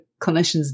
clinicians